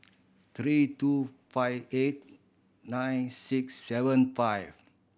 three two five eight nine six seven five